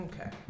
Okay